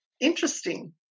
Interesting